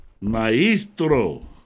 Maestro